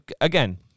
again